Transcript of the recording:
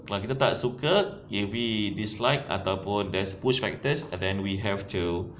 kalau kita tak suka maybe dislike ataupun there's push like this then we have to